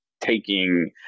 taking